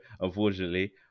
unfortunately